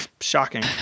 Shocking